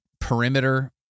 perimeter